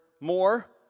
more